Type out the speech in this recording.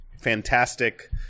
fantastic